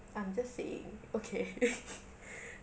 I'm saying okay